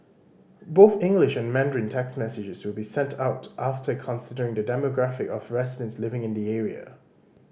both English and Mandarin text messages will be sent out after considering the demographic of residents living in the area